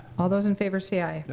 all those in favor say aye.